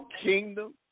kingdom